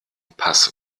pass